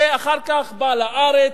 ואחר כך בא לארץ,